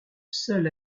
seul